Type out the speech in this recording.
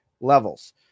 levels